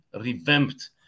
revamped